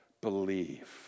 believe